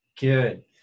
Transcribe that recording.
Good